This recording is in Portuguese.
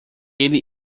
ele